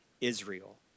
Israel